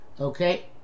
Okay